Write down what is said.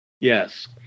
yes